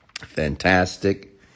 fantastic